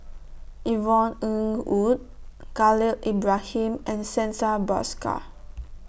Yvonne Ng Uhde Khalil Ibrahim and Santha Bhaskar